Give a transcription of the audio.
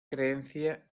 creencia